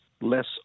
less